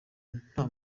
nta